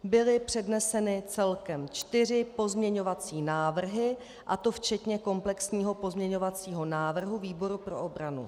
Byly předneseny celkem čtyři pozměňovací návrhy, a to včetně komplexního pozměňovacího návrhu výboru pro obranu.